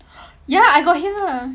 ya I got hear